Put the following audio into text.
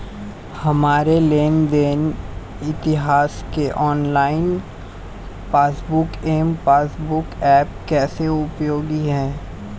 हमारे लेन देन इतिहास के online passbook M passbook app कैसे उपयोगी है?